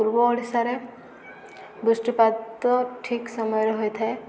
ପୂର୍ବ ଓଡ଼ିଶାରେ ବୃଷ୍ଟିପାତ ଠିକ୍ ସମୟରେ ହୋଇଥାଏ